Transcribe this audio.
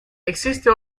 existe